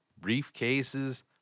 briefcases